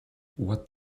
what